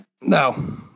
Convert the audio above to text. No